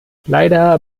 leider